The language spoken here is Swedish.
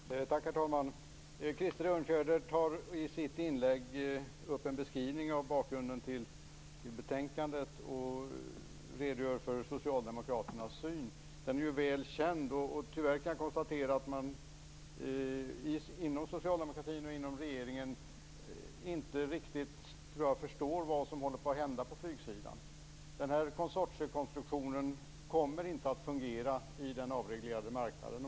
Herr talman! Krister Örnfjäder gjorde i sitt inlägg en beskrivning av bakgrunden till betänkandet och redogjorde för socialdemokraternas syn - den är ju väl känd. Tyvärr kan jag konstatera att man inom socialdemokratin och inom regeringen inte riktigt förstår vad som håller på att hända på flygsidan. Den här konsortiekonstruktionen kommer inte att fungera i den avreglerade marknaden.